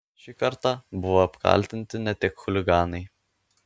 šį kartą buvo apkaltinti ne tik chuliganai